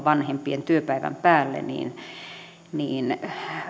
vanhempien työpäivän päälle niin niin